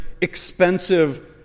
expensive